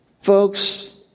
Folks